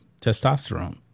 testosterone